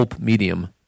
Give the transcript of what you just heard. medium